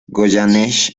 goyeneche